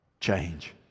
change